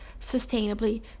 sustainably